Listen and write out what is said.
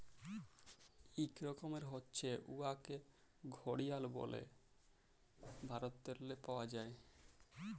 ইক রকমের হছে উয়াকে ঘড়িয়াল ব্যলে ভারতেল্লে পাউয়া যায়